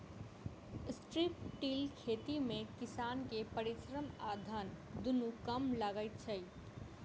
strip till खेती मे किसान के परिश्रम आ धन दुनू कम लगैत छै